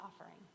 offering